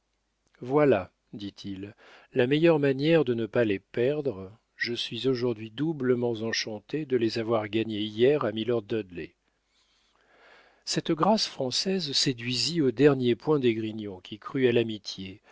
voilà dit-il la meilleure manière de ne pas les perdre je suis aujourd'hui doublement enchanté de les avoir gagnés hier à milord dudley cette grâce française séduisit au dernier point d'esgrignon qui crut à l'amitié